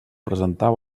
presentar